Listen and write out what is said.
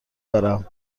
دارم